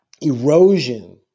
erosion